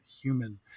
human